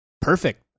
perfect